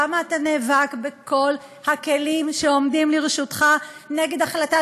למה אתה נאבק בכל הכלים שעומדים לרשותך נגד החלטת